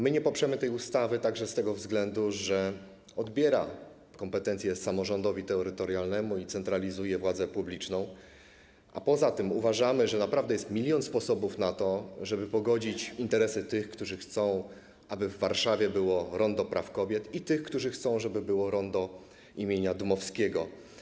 My nie poprzemy tej ustawy także z tego względu, że odbiera kompetencje samorządowi terytorialnemu i centralizuje władzę publiczną, a poza tym uważamy, że naprawdę jest milion sposobów na to, żeby pogodzić interesy tych, którzy chcą, aby w Warszawie było Rondo Praw Kobiet, i tych, którzy chcą, żeby było rondo im. Dmowskiego.